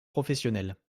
professionnelle